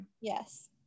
yes